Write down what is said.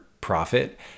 profit